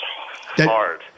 hard